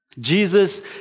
Jesus